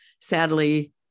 sadly